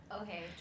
Okay